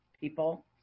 people